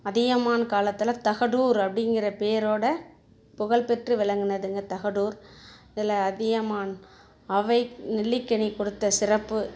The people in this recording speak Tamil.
அதியமான் காலத்தில் தகடூர் அப்படிங்கிற பேயரோட புகழ்பெற்று விளங்கினதுங்க தகடூர் இதில் அதியமான் அவ்வை நெல்லிக்கனி கொடுத்த சிறப்பு